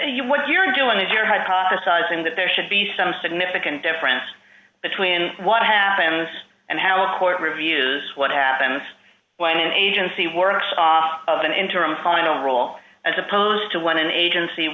you what you're doing is you're hypothesizing that there should be some significant difference between what happens and how a court reviews what happens when an agency works off of an interim calling a role as opposed to when an agency